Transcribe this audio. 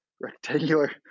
rectangular